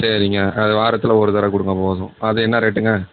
சரிங்க அது வாரத்தில் ஒரு தடவை கொடுங்க போதும் அது என்ன ரேட்டுங்க